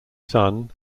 sun